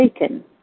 taken